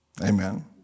Amen